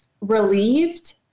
relieved